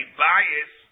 bias